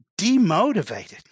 demotivated